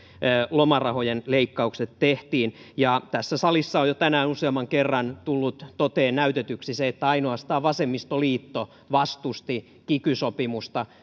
lomarahojen leikkaukset tehtiin tässä salissa on tänään jo useamman kerran tullut toteen näytetyksi se että ainoastaan vasemmistoliitto vastusti kiky sopimusta